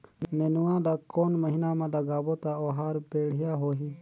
नेनुआ ला कोन महीना मा लगाबो ता ओहार बेडिया होही?